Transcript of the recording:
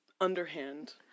underhand